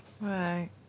Right